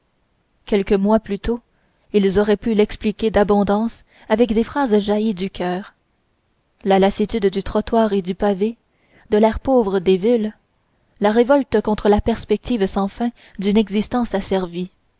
quelques mois plus tôt ils auraient pu l'expliquer d'abondance avec des phrases jaillies du coeur la lassitude du trottoir et du pavé de l'air pauvre des villes la révolte contre la perspective sans fin d'une existence asservie